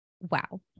wow